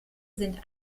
sind